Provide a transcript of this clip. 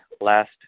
last